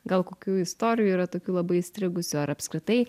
gal kokių istorijų yra tokių labai įstrigusių ar apskritai